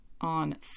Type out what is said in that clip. on